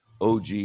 OG